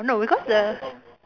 no because the